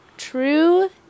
True